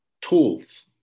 tools